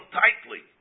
tightly